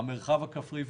המרחב הכפרי,